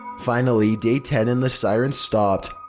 finally day ten and the siren stopped.